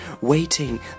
waiting